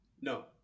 No